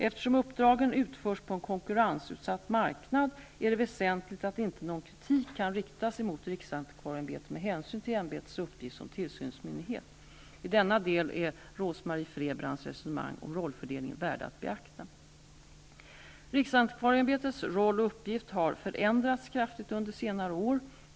Eftersom uppdragen utförs på en konkurrensutsatt marknad, är det väsentligt att någon kritik inte kan riktas mot riksantikvarieämbetet med hänsyn till ämbetets uppgift som tillsynsmyndighet. I denna del är Rose Marie Frebrans resonemang om rollfördelningen värda att beakta. Riksantikvarieämbetets roll och uppgift har förändrats kraftigt under senare år.